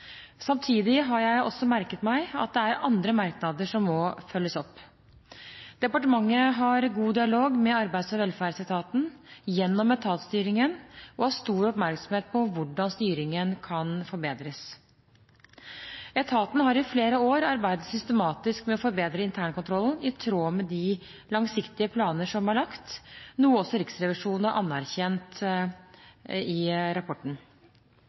Samtidig har jeg også merket meg at det er andre merknader som må følges opp. Departementet har god dialog med Arbeids- og velferdsetaten gjennom etatsstyringen og har stor oppmerksomhet på hvordan styringen kan forbedres. Etaten har i flere år arbeidet systematisk med å forbedre internkontrollen, i tråd med de langsiktige planer som er lagt, noe også Riksrevisjonen har anerkjent i rapporten.